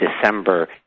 December